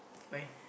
why